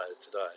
today